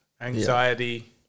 anxiety